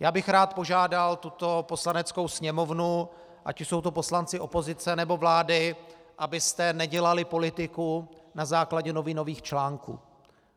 Já bych rád požádal tuto Poslaneckou sněmovnu, ať už jsou to poslanci opozice, nebo vlády, abyste nedělali politiku na základě novinových článků,